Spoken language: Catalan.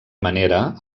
manera